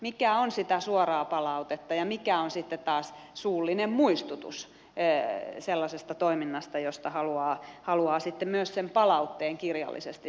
mikä on sitä suoraa palautetta ja mikä on sitten taas suullinen muistutus sellaisesta toiminnasta josta haluaa myös sen palautteen kirjallisesti saada